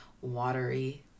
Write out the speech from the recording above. watery